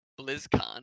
BlizzCon